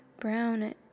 brown